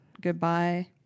goodbye